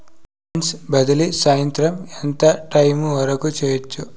funds బదిలీ సాయంత్రం ఎంత టైము వరకు చేయొచ్చు